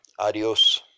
Adios